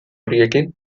horiekin